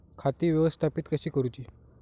खाती व्यवस्थापित कशी करूची?